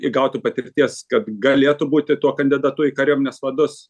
įgautų patirties kad galėtų būti tuo kandidatu į kariuomenės vadus